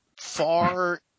far